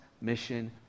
mission